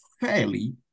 fairly